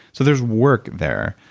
so there's work there.